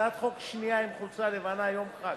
הצעת חוק שנייה עם חולצה לבנה, יום חג.